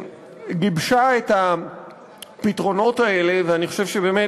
שגיבשה את הפתרונות האלה, ואני חושב שבאמת,